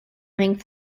ring